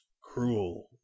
cruel